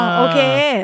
okay